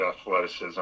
athleticism